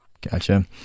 Gotcha